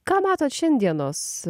ką matot šiandienos